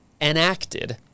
enacted